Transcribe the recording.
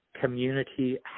community